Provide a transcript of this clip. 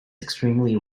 extremely